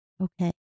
okay